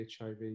hiv